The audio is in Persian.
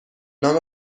نام